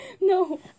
No